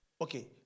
Okay